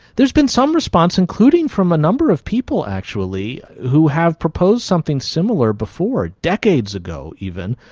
there has been some response, including from a number of people actually who have proposed something similar before, decades ago even.